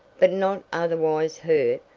but not otherwise hurt,